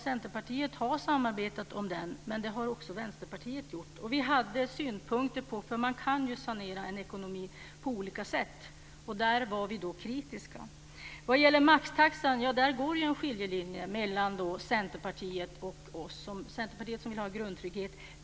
Centerpartiet har samarbetat, men det har också Vänsterpartiet gjort. Vi hade synpunkter. Det går ju att sanera en ekonomi på olika sätt. Där var vi kritiska. Det går en skiljelinje mellan Centerpartiet och oss i fråga om maxtaxa. Centerpartiet vill ha grundtrygghet.